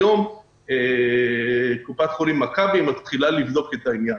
היום קופת חולים מכבי מתחילה לבדוק את העניין.